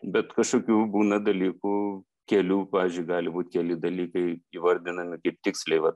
bet kažkokių būna dalykų kelių pavyzdžiui gali būt keli dalykai įvardinami kaip tiksliai va